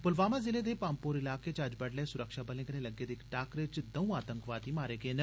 पुलवामा जिले दे पाम्पोर इलाके च अज्ज बड्डलै सुरक्षाबलें कन्ने लग्गे दे इक टाकरे च दंऊ आतंकवादी मारे गेन